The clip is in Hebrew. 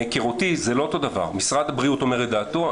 --- מהיכרותי זה לא אותו דבר משרד הבריאות אומר את דעתו,